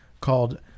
called